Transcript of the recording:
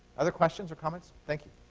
other questions or comments? thank you.